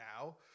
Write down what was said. now